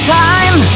time